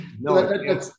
No